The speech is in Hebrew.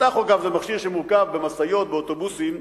הטכוגרף הוא מכשיר שמורכב במשאיות, באוטובוסים,